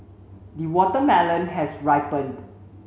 the watermelon has ripened